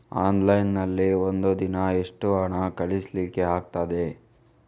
Online ನಲ್ಲಿ ಒಂದು ದಿನ ಎಷ್ಟು ಹಣ ಕಳಿಸ್ಲಿಕ್ಕೆ ಆಗ್ತದೆ?